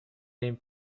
این